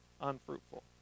unfruitful